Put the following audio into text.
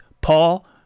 Paul